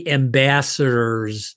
ambassadors